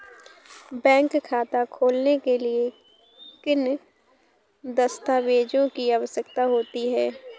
Bank खाता खोलने के लिए किन दस्तावेजों की आवश्यकता होती है?